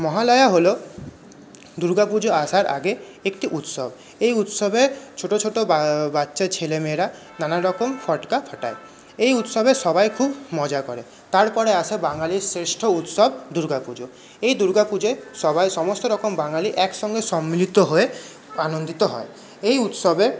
মহালয়া হল দুর্গা পুজো আসার আগে একটি উৎসব এই উৎসবে ছোটো ছোটো বাচ্চা ছেলেমেয়েরা নানারকম ফটকা ফাটায় এই উৎসবে সবাই খুব মজা করে তারপরে আসে বাঙালির শ্রেষ্ঠ উৎসব দুর্গা পুজো এই দুর্গা পুজোয় সবাই সমস্ত রকম বাঙালি একসঙ্গে সম্মিলিত হয়ে আনন্দিত হয় এই উৎসবে